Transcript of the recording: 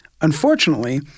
Unfortunately